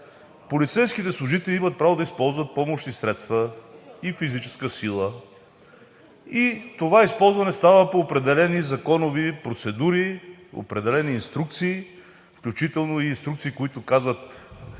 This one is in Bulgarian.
полицейските служители имат право да използват помощни средства и физическа сила. И това използване става по определени законови процедури, определени инструкции, включително инструкции, които казват